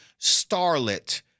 starlet